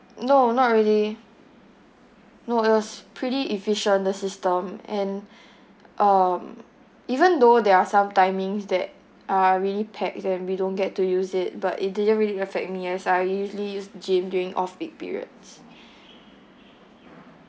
no not really no it was pretty efficient the system and um even though there are some timings that are really packed and we don't get to use it but it didn't really affect me as I usually use gym during off peak periods